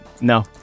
No